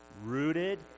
Rooted